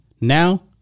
now